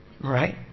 right